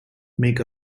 make